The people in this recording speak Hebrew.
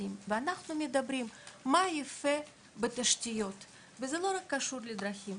זריזים ואנחנו מדברים על מה יפה בתשתיות וזה לא רק קשור לדרכים,